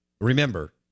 remember